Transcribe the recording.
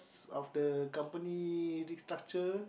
of the company restructure